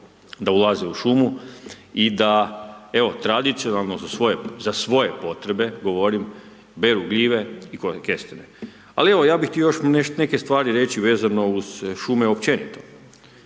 da ulaze u šumu i da evo tradicionalno za svoje potrebe, govorim beru gljive i kestene. Ali evo ja bih htio još neke stvari reći vezano uz šume općenito.